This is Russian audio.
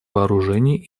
вооружений